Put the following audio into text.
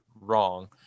wrong